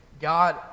God